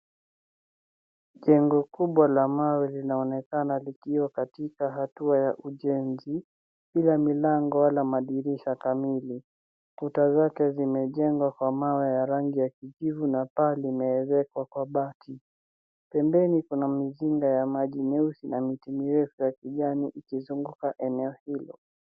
Jengo kubwa la mawe linaonekana likiwa katika hatua ya ujenzi bila milango wala madirisha kamili. Kuta zake zimejengwa kwa mawe ya rangi ya kijivu na paa limeezekwa kwa bati. Pembeni kuna mizinga ya maji meusi na miti mirefu za kijani ikizunguka eneo hilo.